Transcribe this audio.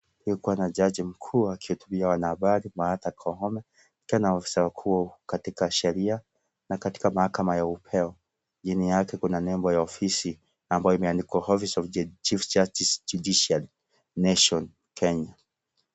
Aliyekuwa na jaji mkuu akihutubia wanahabari Martha Koome akiwa na afisa mkuu katika sheria na katika mahakama ya upeo. Chini yake kuna nembo ya ofisi ambayo imeandikwa office of chief justice Judiciary Nation Kenya